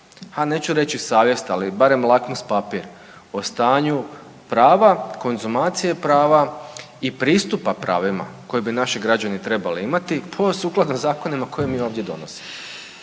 neću reći savjest ali barem lakmus papir o stanju prava, konzumacije prava i pristupa pravima koje bi naši građani trebali imati po sukladno zakonima koje mi ovdje donosimo.